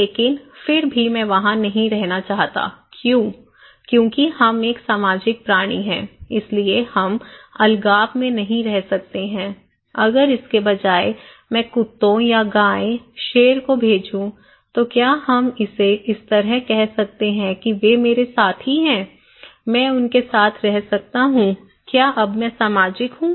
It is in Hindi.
लेकिन फिर भी मैं वहाँ नहीं रहना चाहता क्यों क्योंकि हम सामाजिक प्राणी हैं इसलिए हम अलगाव में नहीं रह सकते हैं अगर इसके बजाय मैं कुत्तों या गाय शेर को भेजूं तो क्या हम इसे इस तरह कह सकते हैं कि वे मेरे साथी हैं मैं उनके साथ रह सकता हूं क्या अब मैं सामाजिक हूं